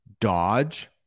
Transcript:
dodge